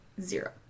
zero